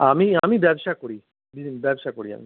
আমি আমি ব্যবসা করি হুম ব্যবসা করি আমি